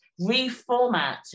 reformat